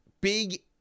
big